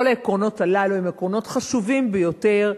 כל העקרונות הללו הם עקרונות חשובים ביותר,